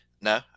no